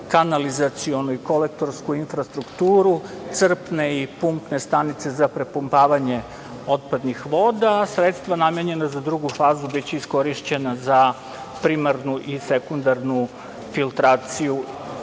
kanalizacionu i kolektorsku infrastrukturu, crpne i punktne stanice za prepumpavanje otpadnih voda. Sredstva namenjena za drugu fazu biće iskorišćena za primarnu i sekundarnu filtraciju,